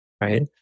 right